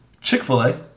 Chick-fil-A